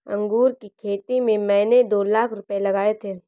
अंगूर की खेती में मैंने दो लाख रुपए लगाए थे